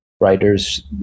writers